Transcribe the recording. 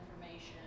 information